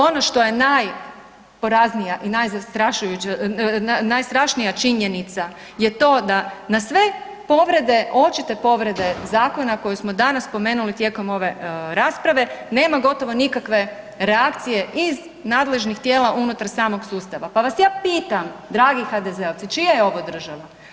Ono što je najporaznija i najstrašnija činjenica je to da na sve povrede, očite povrede zakona koje smo danas spomenuli tijekom ove rasprave nema gotovo nikakve reakcije iz nadležnih tijela unutar samog sustava, pa vas ja pitam dragi HDZ-ovci, čija je ovo država?